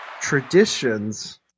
traditions